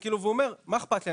אומר: מה אכפת לי?